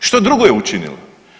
Što drugo je učinila.